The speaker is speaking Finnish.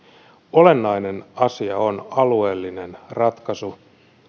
olennainen asia on alueellinen ratkaisu